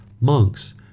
Monks